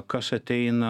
kas ateina